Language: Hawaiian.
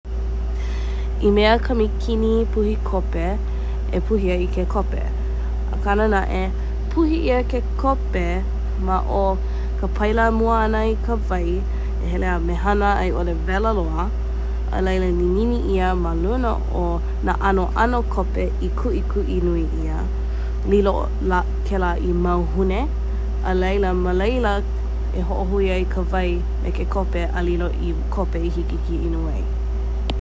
I mea ka mikini puhi kope e puhi ai i ke kope Kanana e puhi ia ke kope maʻo ka paila mua ana i ka wai e hele a me hana aiʻole wela loa a laila i ninini ia ma luna o nā anoʻano kope i kuʻikuʻi nui ia lilo la kēlā i mau hune a laila ma leila e hoʻohui ai ka wai me ke kope a lilo i kope i hiki ki inu ai